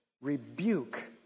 rebuke